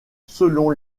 selon